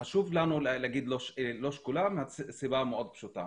חשוב לנו להגיד לא שקולה מסיבה מאוד פשוטה,